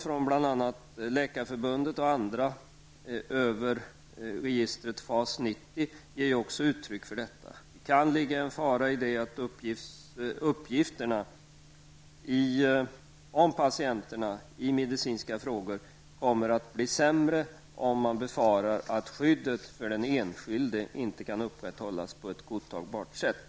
FAS 90 ger också uttryck för denna uppfattning. Det kan ligga en fara i att uppgifter om patienterna i medicinska frågor kommer att bli sämre, om man befarar att skyddet för den enskilde inte kan upprätthållas på ett godtagbart sätt.